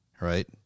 right